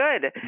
good